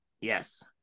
Yes